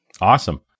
Awesome